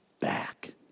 back